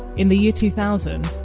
in the year two thousand,